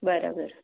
બરાબર